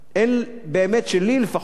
באמת שלי לפחות,